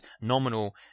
nominal